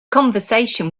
conversation